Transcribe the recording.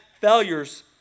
failures